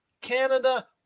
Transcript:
Canada